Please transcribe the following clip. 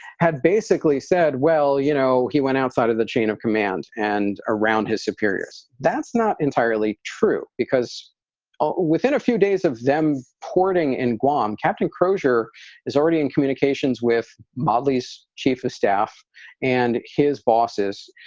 had basically said, well, you know, he went outside of the chain of command and around his superiors that's not entirely true, because within a few days of them porting in guam, captain crozier is already in communications with motley's chief of staff and his bosses.